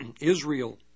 Israel